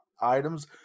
items